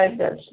ಆಯ್ತು ಸರ್